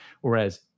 Whereas